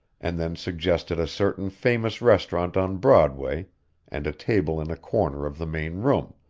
and then suggested a certain famous restaurant on broadway and a table in a corner of the main room,